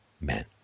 men